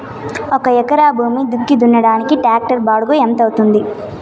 ఒక ఎకరా భూమి దుక్కి దున్నేకి టాక్టర్ బాడుగ ఎంత అవుతుంది?